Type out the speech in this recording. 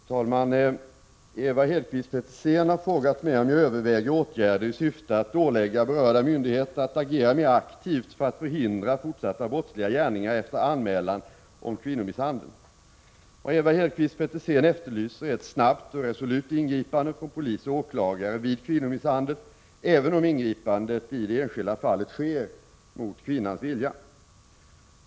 Fru talman! Ewa Hedkvist Petersen har frågat mig om jag överväger åtgärder i syfte att ålägga berörda myndigheter att agera mer aktivt för att förhindra fortsatta brottsliga gärningar efter anmälan om kvinnomisshandel. Vad Ewa Hedkvist Petersen efterlyser är ett snabbt och resolut ingripande från polis och åklagare vid kvinnomisshandel — även om ingripandet i det enskilda fallet sker mot kvinnans vilja.